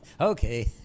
okay